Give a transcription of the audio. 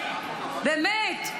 באמת,